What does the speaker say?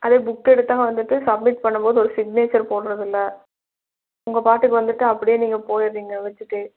அதே புக் எடுத்தாலும் வந்துவிட்டு சப்மிட் பண்ணும்போது ஒரு சிக்னேச்சர் போடுறதில்ல உங்கள் பாட்டுக்கு வந்துவிட்டு அப்படியே நீங்கள் போய்டுறீங்க வைச்சிட்டு